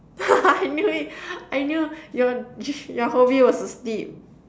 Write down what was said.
I knew it I knew your your hobby was to sleep